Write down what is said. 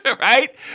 right